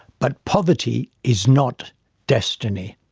but, poverty is not destiny.